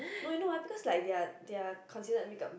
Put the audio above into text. no I know because their their consider makeup